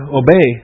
obey